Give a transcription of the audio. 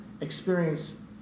experience